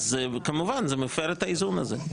אז כמובן זה מפר את האיזון הזה.